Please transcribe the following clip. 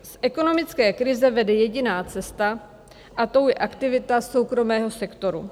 Z ekonomické krize vede jediná cesta, a tou je aktivita soukromého sektoru.